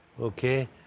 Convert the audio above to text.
okay